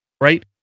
right